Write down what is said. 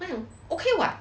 okay [what]